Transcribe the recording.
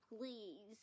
please